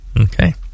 okay